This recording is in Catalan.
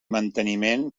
manteniment